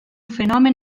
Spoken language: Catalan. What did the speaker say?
fenomen